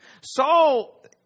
Saul